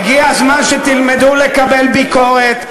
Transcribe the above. הגיע הזמן שתלמדו לקבל ביקורת,